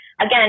Again